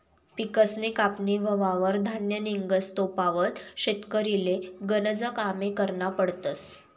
पिकसनी कापनी व्हवावर धान्य निंघस तोपावत शेतकरीले गनज कामे करना पडतस